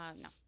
No